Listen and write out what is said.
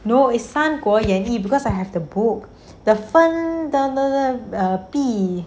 no is 三国演义 because I have the book the 分大大大 err 地